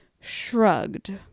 shrugged